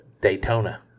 Daytona